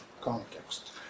context